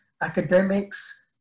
academics